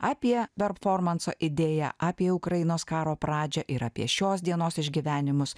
apie performanso idėją apie ukrainos karo pradžią ir apie šios dienos išgyvenimus